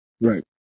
Right